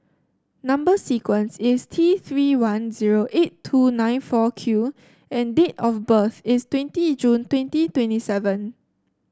number sequence is T Three one zero eight two nine four Q and date of birth is twenty June twenty twenty seven